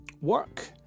Work